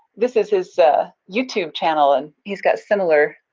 this is his youtube channel and he's got similar